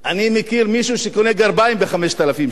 אני מכיר מישהו שקונה גרביים ב-5,000 שקל.